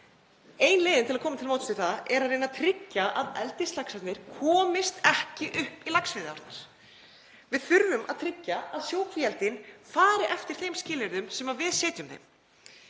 Ein leiðin til að koma til móts við það er að reyna að tryggja að eldislaxarnir komist ekki upp í laxveiðiárnar. Við þurfum að tryggja að sjókvíaeldin fari eftir þeim skilyrðum sem við setjum þeim.